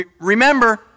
remember